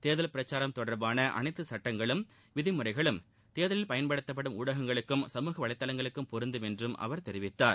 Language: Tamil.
தேர்தல் பிரச்சாரம் தொடர்பான அனைத்து சட்டங்களும் விதி முறைகளும் தேர்தலில் பயன்படுத்தப்படும் ஊடகங்களுக்கும் சமூக வலைதளங்களுக்கும் பொருந்தும் என்று அவர் கூறினார்